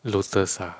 Lotus ah